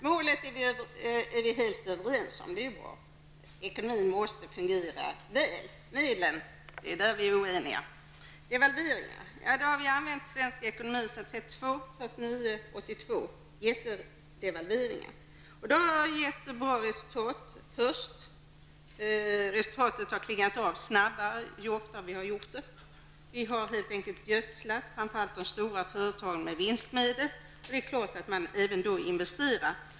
Herr talman! Vi är helt överens om målet. Det är bra. Ekonomin måste fungera väl. Men vi är oeniga om medlen. Devalveringar har använts i svensk ekonomi 1932, 1949 och 1982. De har först gett bra resultat, men ju oftare de har gjorts har resultatet klingat av snabbare. Vi har helt enkelt gödslat framför allt de stora företagen med vinstmedel. Det är klart att man då också investerar.